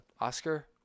Oscar